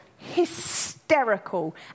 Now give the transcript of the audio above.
hysterical